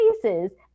places